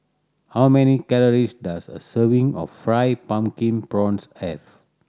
how many calories does a serving of Fried Pumpkin Prawns have